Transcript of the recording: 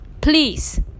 please